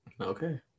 Okay